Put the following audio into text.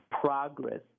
progress